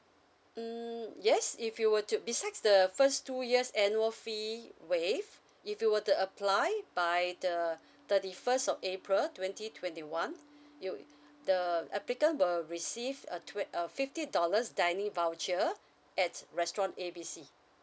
hmm yes if you were to besides the first two years annual fee waive if you were to apply by the thirty first of april twenty twenty one you the applicant will receive a tw~ a fifty dollars dining voucher at restaurant A B C